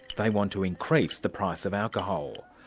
they want to increase the price of alcohol.